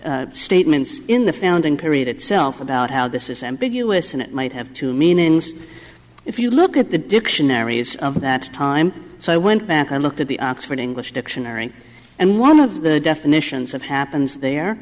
the statements in the founding period itself about how this is ambiguous and it might have two meanings if you look at the dictionaries of that time so i went back and looked at the oxford english dictionary and one of the definitions of happens there